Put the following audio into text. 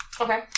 Okay